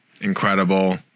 incredible